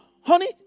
honey